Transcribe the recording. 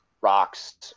rocks